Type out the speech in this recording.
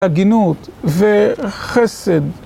הגינות וחסד.